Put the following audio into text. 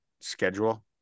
schedule